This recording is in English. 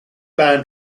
band